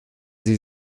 sie